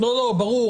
ברור.